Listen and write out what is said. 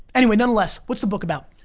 anyway nonetheless, what's the book about?